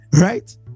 right